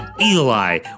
Eli